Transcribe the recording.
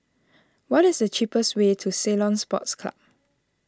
what is the cheapest way to Ceylon Sports Club